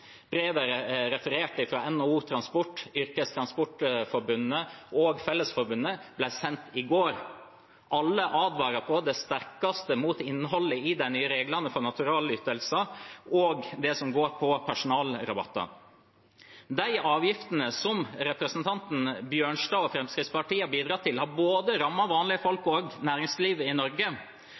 Brevet jeg refererte til fra NHO Transport, Yrkestrafikkforbundet og Fellesforbundet, ble sendt i går. Alle advarer på det sterkeste mot innholdet i de nye reglene for naturalytelser og det som går på personalrabatter. De avgiftene som representanten Bjørnstad og Fremskrittspartiet har bidratt til, har rammet både vanlige folk og næringsliv i Norge.